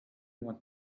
want